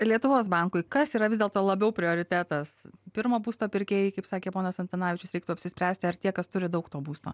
lietuvos bankui kas yra vis dėlto labiau prioritetas pirmo būsto pirkėjai kaip sakė ponas antanavičius reiktų apsispręsti ar tie kas turi daug to būsto